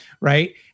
Right